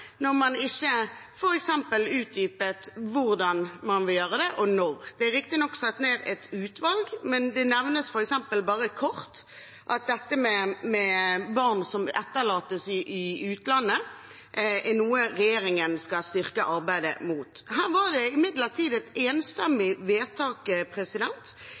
når man ikke utdyper hvordan eller når man vil gjøre det. Det er riktignok satt ned et utvalg, men det nevnes bare kort at regjeringen skal styrke arbeidet med barn som etterlates i utlandet. Det var imidlertid et enstemmig vedtak i